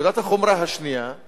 נקודת החומרה השנייה היא